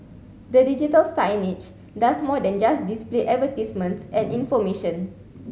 the digital signage does more than just display advertisements and information